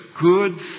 good